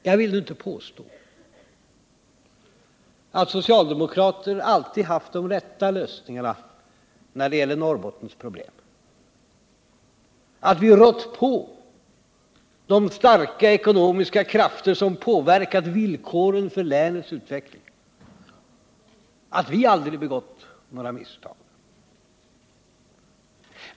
Jag vill inte påstå att socialdemokrater alltid har haft de rätta lösningarna när det gäller Norrbottens problem, att vi har rått på de starka ekonomiska krafter som har påverkat villkoren för länets utveckling, att vi aldrig har begått några misstag.